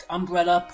Umbrella